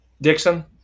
Dixon